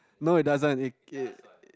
no it doesn't it it